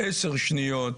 10 שניות,